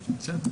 בסדר.